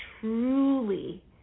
truly